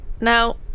Now